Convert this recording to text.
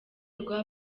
rwa